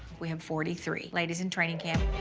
we have forty three ladies in training camp.